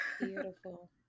Beautiful